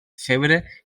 febre